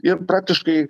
ir praktiškai